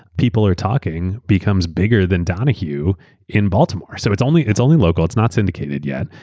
people are talking, becomes bigger than donahue in baltimore. so it's only it's only local, it's not syndicated yet.